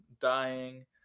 dying